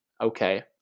okay